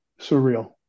surreal